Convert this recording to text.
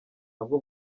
nabwo